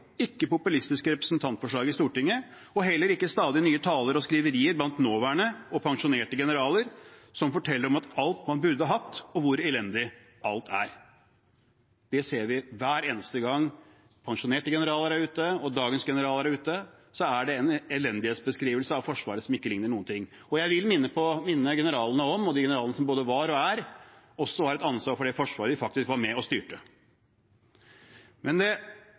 ikke populistiske representantforslag i Stortinget og heller ikke stadig nye taler og skriverier fra nåværende og pensjonerte generaler, som forteller om alt man burde hatt, og hvor elendig alt er. Det ser vi: Hver eneste gang pensjonerte generaler er ute, og dagens generaler er ute, er det en elendighetsbeskrivelse av Forsvaret som ikke ligner noen ting. Jeg vil minne generalene, både de som var, og de som er, om at også de har et ansvar for det forsvaret de var med og styrte. BNP-andelen burde vært høyere, og den vil bli høyere, men samtidig er det